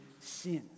sins